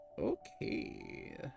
Okay